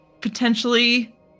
potentially